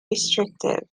restrictive